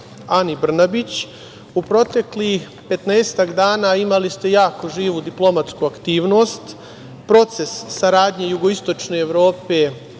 Ani Brnabić.U proteklih petnaestak dana imali ste jako živu diplomatsku aktivnost, proces saradnje jugoistočne Evrope